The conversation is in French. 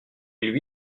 lui